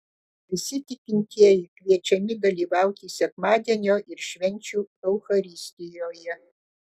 visi tikintieji kviečiami dalyvauti sekmadienio ir švenčių eucharistijoje